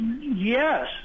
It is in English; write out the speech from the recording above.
Yes